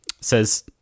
says